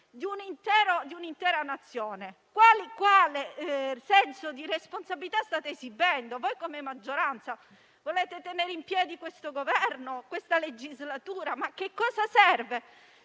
di un'intera Nazione? Quale senso di responsabilità state esibendo? Voi come maggioranza volete tenere in piedi questo Governo e questa legislatura. Ma a cosa serve